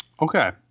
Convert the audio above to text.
Okay